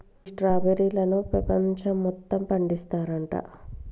గీ స్ట్రాబెర్రీలను పెపంచం మొత్తం పండిస్తారంట